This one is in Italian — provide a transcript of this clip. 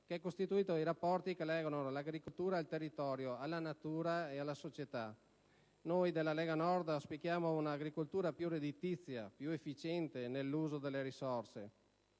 che è costituito dai rapporti che legano l'agricoltura al territorio, alla natura ed alla società. Noi della Lega Nord auspichiamo un'agricoltura più redditizia, più efficiente nell'uso delle risorse,